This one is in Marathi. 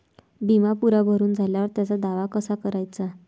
बिमा पुरा भरून झाल्यावर त्याचा दावा कसा कराचा?